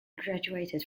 graduated